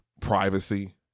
privacy